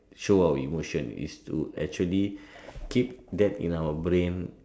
show our emotion is to actually keep that in our brain